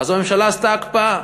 ואז הממשלה עשתה הקפאה.